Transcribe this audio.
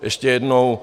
Ještě jednou.